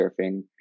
surfing